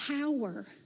power